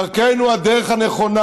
דרכנו הדרך הנכונה.